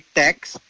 text